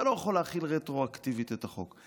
אתה לא יכול להחיל רטרואקטיבית את החוק.